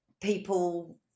people